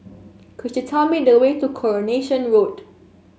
could you tell me the way to Coronation Road